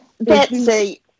Betsy